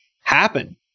happen